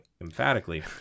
emphatically